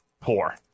poor